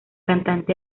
cantante